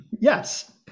yes